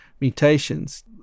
mutations